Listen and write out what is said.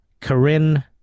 Corinne